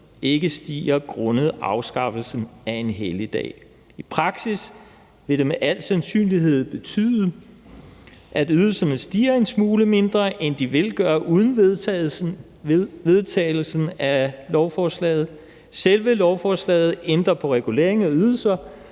ikke stiger grundet afskaffelsen af en helligdag. I praksis vil det med al sandsynlighed betyde, at ydelserne stiger en smule mindre, end de vil gøre uden vedtagelsen af lovforslaget. Selve lovforslaget ændrer på reguleringen af ydelser,